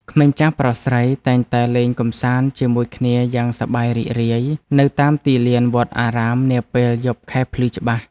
ក្មេងចាស់ប្រុសស្រីតែងតែលេងកម្សាន្តជាមួយគ្នាយ៉ាងសប្បាយរីករាយនៅតាមទីលានវត្តអារាមនាពេលយប់ខែភ្លឺច្បាស់។